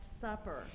Supper